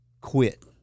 quit